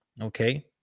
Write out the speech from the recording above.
okay